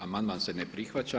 Amandman se ne prihvaća.